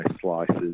slices